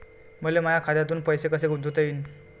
मले माया खात्यातून पैसे कसे गुंतवता येईन?